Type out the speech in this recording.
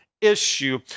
issue